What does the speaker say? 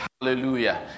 Hallelujah